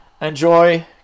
Enjoy